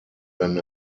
than